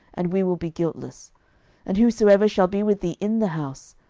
and we will be guiltless and whosoever shall be with thee in the house,